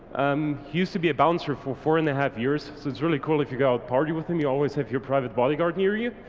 um used to be a bouncer for four and a half years, so it's really cool if you go out party with him, you always have your private bodyguard near you.